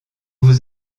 vous